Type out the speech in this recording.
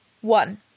One